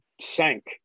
sank